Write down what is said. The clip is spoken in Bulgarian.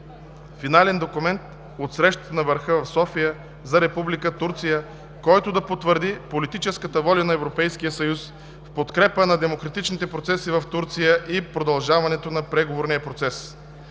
финален документ от срещата на върха в София за Република Турция, който да потвърди политическата воля на Европейския съюз в подкрепа на демократичните процеси в Турция и продължаването на преговорния процес.